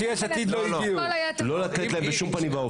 לא לתת להם בשום פנים ואופן.